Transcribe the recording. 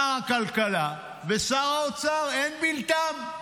שר הכלכלה ושר האוצר, אין בלתם.